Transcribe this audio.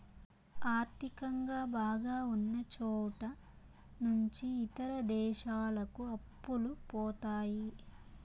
ఆర్థికంగా బాగా ఉన్నచోట నుంచి ఇతర దేశాలకు అప్పులు పోతాయి